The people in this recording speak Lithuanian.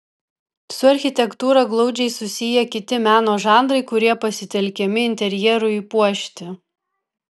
su architektūra glaudžiai susiję kiti meno žanrai kurie pasitelkiami interjerui puošti